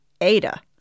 Ada